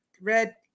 red